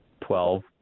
Twelve